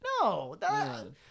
no